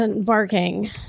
Barking